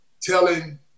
telling